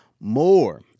More